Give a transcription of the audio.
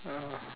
(uh huh)